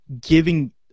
giving